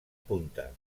punta